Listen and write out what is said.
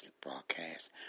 broadcast